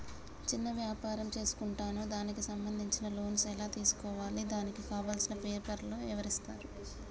చిన్న వ్యాపారం చేసుకుంటాను దానికి సంబంధించిన లోన్స్ ఎలా తెలుసుకోవాలి దానికి కావాల్సిన పేపర్లు ఎవరిస్తారు?